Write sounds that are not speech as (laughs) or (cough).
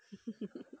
(laughs)